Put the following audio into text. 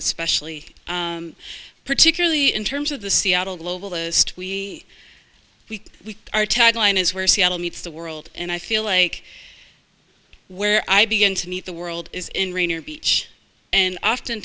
especially particularly in terms of the seattle globalist we are tagline is where seattle meets the world and i feel like where i begin to meet the world is in rainier beach and often